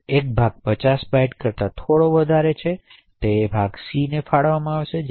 તેથી એક ભાગ 50 બાઇટ્સ કરતા થોડો વધારે છે અને આ ભાગ સીને ફાળવવામાં આવે છે